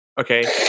okay